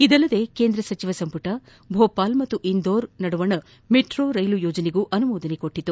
ಇದಲ್ಲದೆ ಕೇಂದ್ರ ಸಚಿವ ಸಂಪುಟ ಭೋಪಾಲ್ ಮತ್ತು ಇಂದೋರ್ ನಡುವಿನ ಮೆಟ್ರೋ ರೈಲು ಯೋಜನೆಗೂ ಅನುಮೋದನೆ ನೀಡಿದೆ